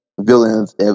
villains